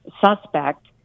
suspect